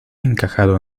encajado